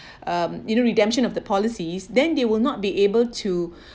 um you know redemption of the policies then they will not be able to